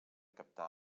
captar